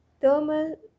thermal